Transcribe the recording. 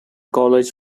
college